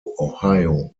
ohio